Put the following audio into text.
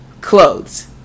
clothes